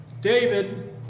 David